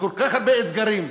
כל כך הרבה אתגרים,